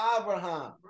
Abraham